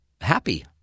happy